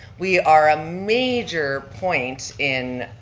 we are a major point in,